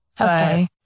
Okay